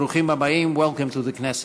ברוכים הבאים, Welcome to the Knesset.